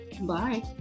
Bye